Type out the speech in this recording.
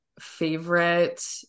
favorite